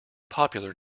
popular